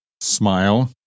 smile